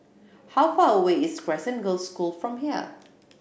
how far away is Crescent Girls' School from here